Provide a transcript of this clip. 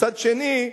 מצד שני,